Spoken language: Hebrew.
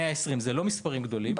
זה לא מספרים גדולים,